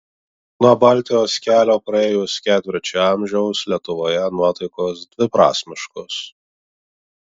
nuo baltijos kelio praėjus ketvirčiui amžiaus lietuvoje nuotaikos dviprasmiškos